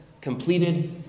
Completed